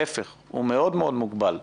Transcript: להפך, הוא מאוד מאוד מוגבל.